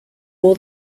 all